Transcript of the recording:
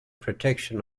protection